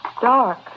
dark